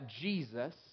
Jesus